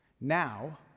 Now